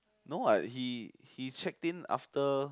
no what he he checked in after